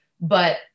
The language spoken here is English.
but-